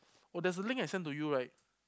oh there's a link I sent to you right